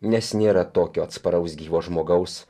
nes nėra tokio atsparaus gyvo žmogaus